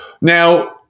Now